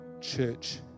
church